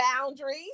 boundaries